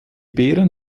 beeren